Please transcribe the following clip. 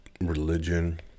religion